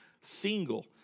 single